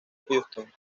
houston